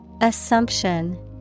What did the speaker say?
Assumption